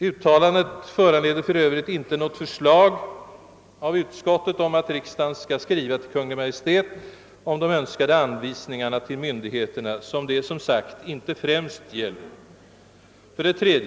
Uttalandet föranleder för övrigt inte något förslag av utskottsmajoriteten om att riksdagen skall skriva till Kungl. Maj:t om de önskade anvisningarna till myndigheterna, som det som sagt enligt vår mening inte främst gäller.